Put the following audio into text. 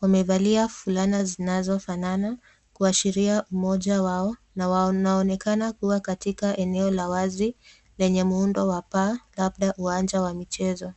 Wamevalia fulana zinazofanana kuashiria umoja wao na inaonekana kuwa katika eneo la wazi lenye muundo wa paa labda uwanja wa mchezo .